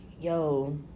yo